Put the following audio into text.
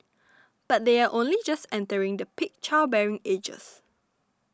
but they are only just entering the peak childbearing ages